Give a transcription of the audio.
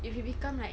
if you become like